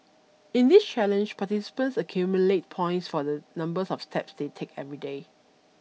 in this challenge participants accumulate points for the numbers of tax they take every day